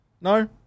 no